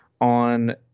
on